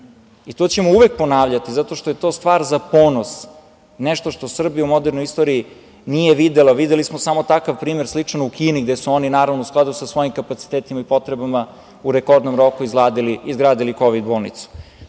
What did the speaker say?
To ćemo uvek ponavljati zato što je to stvar za ponos, nešto što Srbija u modernoj istoriji nije videla. Videli smo samo takav primer sličan u Kini gde su oni naravno u skladu sa svojim kapacitetima i potrebama u rekordnom roku izgradili kovid bolnicu.